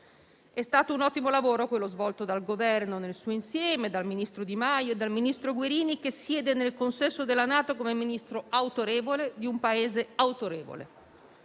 È stato un ottimo lavoro quello svolto dal Governo nel suo insieme, dal ministro Di Maio e dal ministro Guerini, che siede nel consesso della NATO come Ministro autorevole di un Paese autorevole.